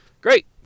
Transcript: Great